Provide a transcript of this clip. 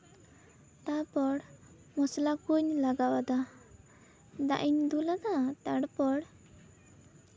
ᱛᱟᱨᱯᱚᱨ ᱢᱚᱥᱞᱟ ᱠᱚᱸᱧ ᱞᱟᱜᱟᱣ ᱟᱫᱟ ᱫᱟᱜ ᱤᱧ ᱫᱩᱞ ᱟᱫᱟ ᱛᱟᱨᱯᱚᱨ